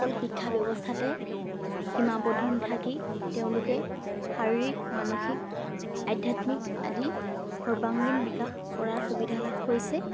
অকল শিক্ষা ব্যৱস্থাতে সীমাবদ্ধ নাথাকি তেওঁলোকে শাৰীৰিক মানসিক আধ্যাত্মিক আদি সৰ্বাংগীন বিকাশ কৰাৰ সুবিধা লাভ কৰিছে